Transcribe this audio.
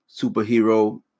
superhero